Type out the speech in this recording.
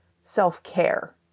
self-care